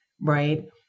right